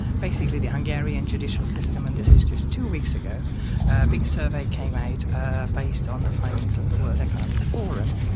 basically the hungarian judicial system, and this is just two weeks ago, a big survey came out ah based on the findings of the world economic forum.